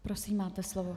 Prosím, máte slovo.